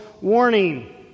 warning